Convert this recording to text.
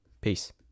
Peace